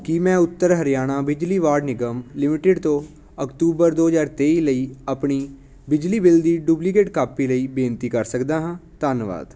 ਕੀ ਮੈਂ ਉੱਤਰ ਹਰਿਆਣਾ ਬਿਜਲੀ ਵਾਰਡ ਨਿਗਮ ਲਿਮਟਿਡ ਤੋਂ ਅਕਤੂਬਰ ਦੋ ਹਜ਼ਾਰ ਤੇਈ ਲਈ ਆਪਣੀ ਬਿਜਲੀ ਬਿੱਲ ਦੀ ਡੁਪਲੀਕੇਟ ਕਾਪੀ ਲਈ ਬੇਨਤੀ ਕਰ ਸਕਦਾ ਹਾਂ ਧੰਨਵਾਦ